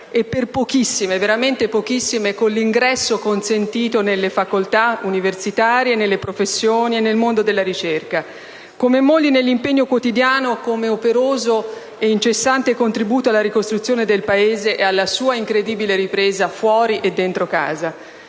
e per pochissime, veramente pochissime, con l'ingresso consentito nelle facoltà universitarie, nelle professioni e nel mondo della ricerca; come mogli, nell'impegno quotidiano come operoso e incessante contribuito alla ricostruzione del Paese e alla sua incredibile ripresa fuori e dentro casa;